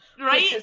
Right